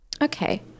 okay